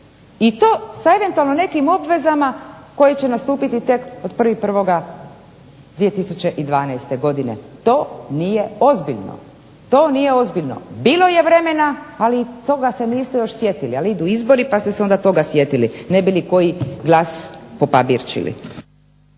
I to sa eventualno nekim obvezama koje će nastupiti tek od 1.01.2012. godine. TO nije ozbiljno. Bilo je vremena, ali to ga se niste još sjetili, ali idu izbori pa ste se onda toga sjetili ne bili koji glas …